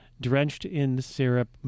drenched-in-syrup